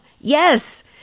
Yes